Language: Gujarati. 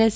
એસ